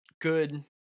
good